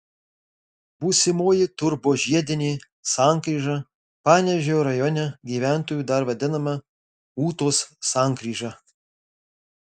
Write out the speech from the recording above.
būsimoji turbožiedinė sankryža panevėžio rajone gyventojų dar vadinama ūtos sankryža